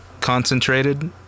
concentrated